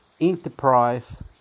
enterprise